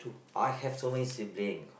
I have so many sibiling